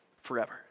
forever